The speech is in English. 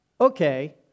okay